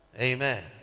Amen